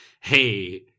hey